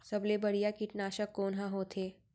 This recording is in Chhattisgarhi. सबले बढ़िया कीटनाशक कोन ह होथे?